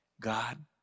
God